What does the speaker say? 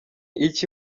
iki